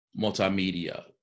multimedia